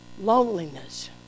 Loneliness